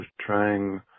trying